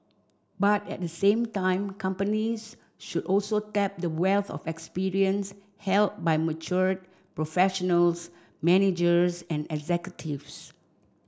but at the same time companies should also tap the wealth of experience held by mature professionals managers and executives